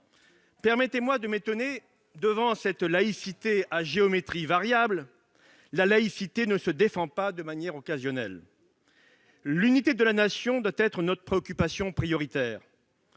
Permettez-moi de m'étonner devant cette laïcité à géométrie variable : la laïcité ne se défend pas de manière occasionnelle ! L'unité de la Nation doit être notre préoccupation prioritaire,